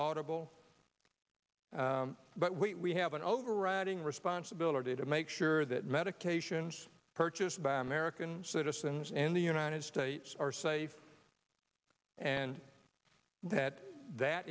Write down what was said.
laudable but we have an overriding responsibility to make sure that medications purchased by american citizens in the united states are safe and that that